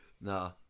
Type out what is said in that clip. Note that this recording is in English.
No